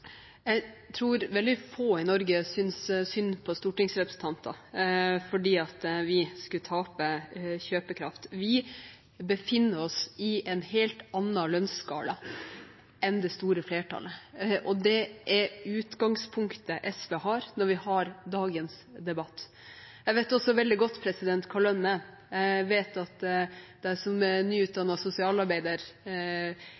Jeg tror veldig få i Norge synes synd på stortingsrepresentanter om vi skulle tape kjøpekraft. Vi befinner oss på en helt annen lønnsskala enn det store flertallet, og det er utgangspunktet SV har i dagens debatt. Jeg vet også veldig godt hva lønn er. Jeg vet at da jeg som nyutdannet sosialarbeider skulle klare å betjene boliglån, var det